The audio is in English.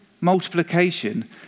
multiplication